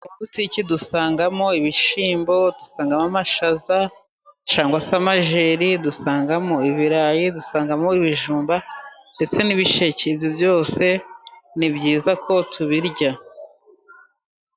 Amabutike dusangamo ibishyimbo, dusangamo amashaza, cyangwa se amajeri, dusangamo ibirayi dusangamo ibijumba, ndetse n'ibisheke ibyo byose ni byiza ko tubirya.